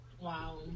Wow